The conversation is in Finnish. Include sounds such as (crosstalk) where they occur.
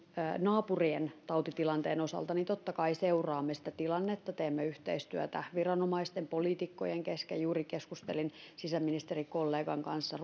naapurien tautitilanteen osalta että totta kai seuraamme sitä tilannetta teemme yhteistyötä viranomaisten poliitikkojen kesken juuri keskustelin sisäministerikollegan kanssa (unintelligible)